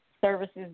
services